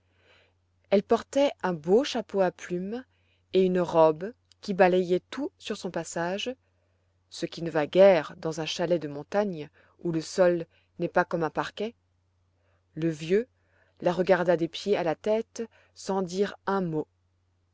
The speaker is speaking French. elle portait un beau chapeau à plume et une robe qui balayait tout sur son passage ce qui ne va guère dans un chalet de montagne où le sol n'est pas comme un parquet le vieux la regarda des pieds à la tête sans dire un mot